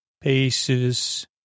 paces